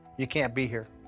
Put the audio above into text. you can't be here,